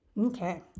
Okay